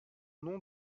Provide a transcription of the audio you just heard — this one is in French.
nom